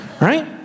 right